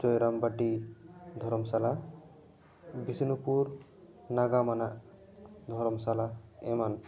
ᱪᱚᱭᱨᱟᱢᱵᱟᱴᱤ ᱫᱷᱚᱨᱚᱢ ᱥᱟᱞᱟ ᱵᱤᱥᱱᱩᱯᱩᱨ ᱱᱟᱜᱟᱢ ᱟᱱᱟᱜ ᱫᱷᱚᱨᱚᱢ ᱥᱟᱞᱟ ᱮᱢᱟᱱ